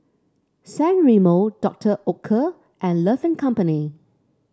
San Remo Doctor Oetker and Love and Company